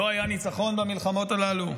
לא היה ניצחון במלחמות הללו?